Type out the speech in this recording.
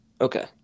Okay